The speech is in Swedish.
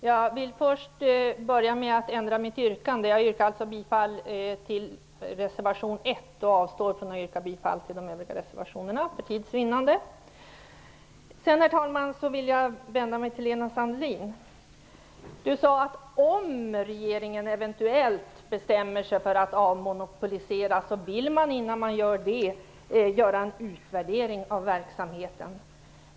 Herr talman! Jag vill börja med att ändra mitt yrkande. Jag yrkar bifall till reservation 1 och avstår, för tids vinnande, från att yrka bifall till de övriga reservationerna. Sedan vill jag vända mig till Lena Sandlin. Hon sade att om regeringen eventuellt bestämmer sig för att avmonopolisera, så bör man innan dess göra en utvärdering av verksamheten.